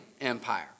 Empire